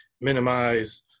minimize